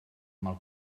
mal